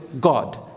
God